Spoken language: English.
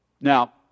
Now